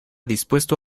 dispuesto